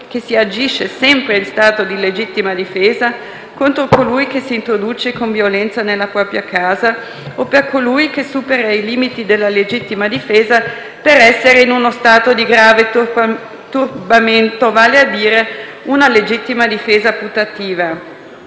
che si agisce sempre in stato di legittima difesa contro colui che si introduce con violenza nella propria casa o per colui che supera i limiti della legittima difesa per essere in uno stato di grave turbamento, vale a dire una legittima difesa putativa.